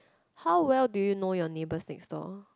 how well do you know your neighbours next door